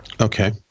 Okay